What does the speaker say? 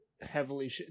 heavily